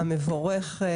מברכת,